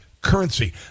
currency